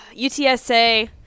UTSA